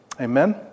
Amen